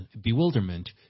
bewilderment